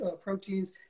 proteins